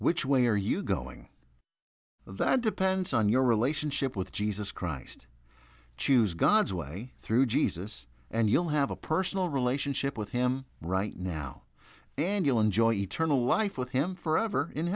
which way are you going that depends on your relationship with jesus christ choose god's way through jesus and you'll have a personal relationship with him right now and you'll enjoy eternal life with him forever in